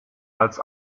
als